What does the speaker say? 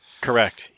correct